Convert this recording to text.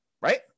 right